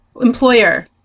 employer